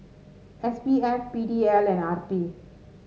S B F P D L and R P